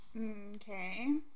Okay